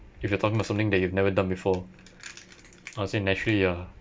if you are talking about something that you have never done before I'll say naturally ya